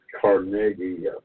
Carnegie